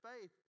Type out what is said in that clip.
faith